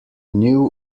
knew